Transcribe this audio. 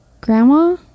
grandma